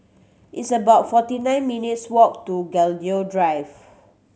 it's about forty nine minutes' walk to Gladiola Drive